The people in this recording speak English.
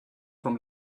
from